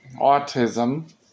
autism